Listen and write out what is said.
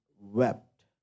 wept